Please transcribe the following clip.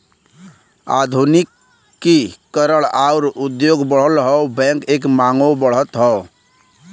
आधुनिकी करण आउर उद्योग बढ़त हौ बैंक क मांगो बढ़त हौ